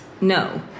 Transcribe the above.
No